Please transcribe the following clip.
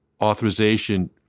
authorization